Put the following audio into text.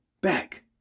Back